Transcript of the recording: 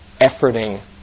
efforting